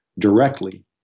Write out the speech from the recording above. directly